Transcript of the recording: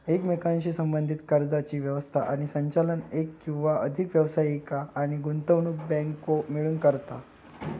एकमेकांशी संबद्धीत कर्जाची व्यवस्था आणि संचालन एक किंवा अधिक व्यावसायिक आणि गुंतवणूक बँको मिळून करतत